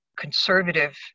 conservative